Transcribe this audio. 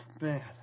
man